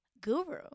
guru